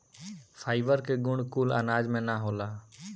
fibre के गुण कुल अनाज में ना होला